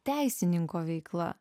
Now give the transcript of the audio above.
teisininko veikla